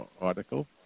article